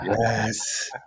Yes